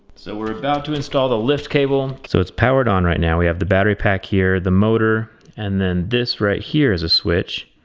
so we're about to install the lift cable. so it's powered on right now, we have the battery pack here, the motor and then this right here is a switch.